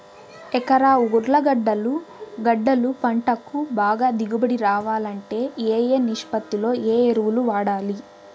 ఎకరా ఉర్లగడ్డలు గడ్డలు పంటకు బాగా దిగుబడి రావాలంటే ఏ ఏ నిష్పత్తిలో ఏ ఎరువులు వాడాలి?